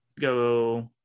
go